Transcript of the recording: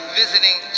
visiting